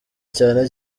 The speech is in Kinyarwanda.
cyane